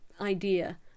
Idea